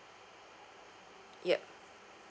yup